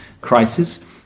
crisis